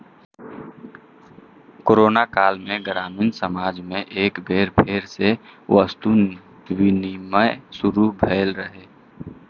corona काल मे ग्रामीण समाज मे एक बेर फेर सं वस्तु विनिमय शुरू भेल रहै